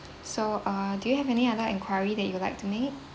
so uh do you have any other enquiry that you would like to make